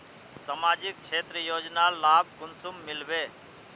सामाजिक क्षेत्र योजनार लाभ कुंसम मिलबे?